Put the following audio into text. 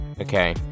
Okay